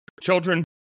children